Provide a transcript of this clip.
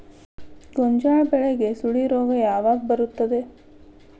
ಗೋಂಜಾಳ ಬೆಳೆಗೆ ಸುಳಿ ರೋಗ ಯಾವಾಗ ಬರುತ್ತದೆ?